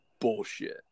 bullshit